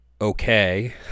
okay